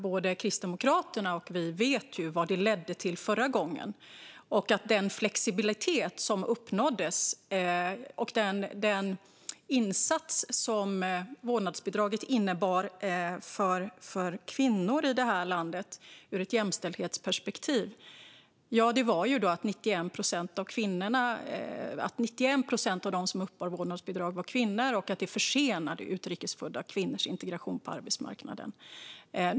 Både Kristdemokraterna och vi vet vad det ledde till förra gången när det gäller den flexibilitet som uppnåddes och den insats som vårdnadsbidraget ur ett jämställdhetsperspektiv innebar för kvinnor här i landet: 91 procent av dem som uppbar vårdnadsbidrag var kvinnor, och utrikes födda kvinnors integration på arbetsmarknaden försenades.